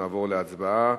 נעבור להצבעה.